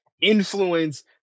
influence